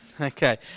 Okay